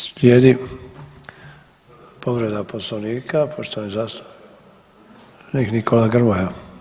Slijedi povreda Poslovnika, poštovani zastupnik Nikola Grmoja.